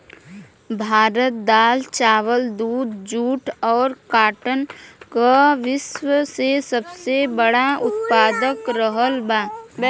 भारत दाल चावल दूध जूट और काटन का विश्व में सबसे बड़ा उतपादक रहल बा